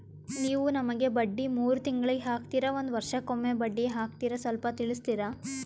ನೀವು ನಮಗೆ ಬಡ್ಡಿ ಮೂರು ತಿಂಗಳಿಗೆ ಹಾಕ್ತಿರಾ, ಒಂದ್ ವರ್ಷಕ್ಕೆ ಒಮ್ಮೆ ಬಡ್ಡಿ ಹಾಕ್ತಿರಾ ಸ್ವಲ್ಪ ತಿಳಿಸ್ತೀರ?